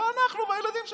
זה אנחנו והילדים שלנו.